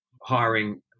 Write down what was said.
hiring